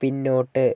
പിന്നോട്ട്